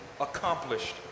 accomplished